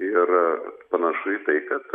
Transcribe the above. ir panašu į tai kad